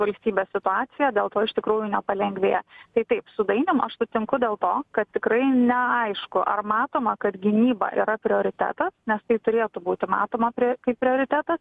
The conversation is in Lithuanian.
valstybės situacija dėl to iš tikrųjų nepalengvėja tai taip su dainium aš sutinku dėl to kad tikrai neaišku ar matoma kad gynyba yra prioritetas nes tai turėtų būti matoma kaip prioritetas